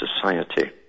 society